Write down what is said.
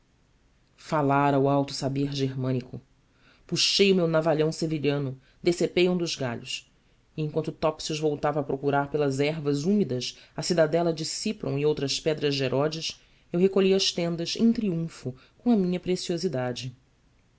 o alto saber germânico puxei o meu navalhão sevilhano decepei um dos galhos e enquanto topsius voltava a procurar pelas ervas úmidas a cidadela de cipron e outras pedras de herodes eu recolhi às tendas em triunfo com a minha preciosidade